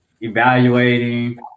evaluating